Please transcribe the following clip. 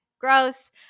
gross